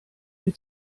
mir